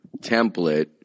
template